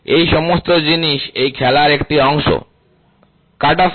এই সমস্ত জিনিস এই খেলার একটি অংশ কাট অফ কি